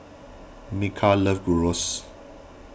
Micah loves Gyros